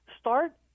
start